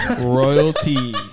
Royalty